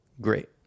great